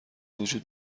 وجود